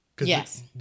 Yes